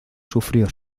sufrió